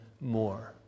more